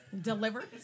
Delivered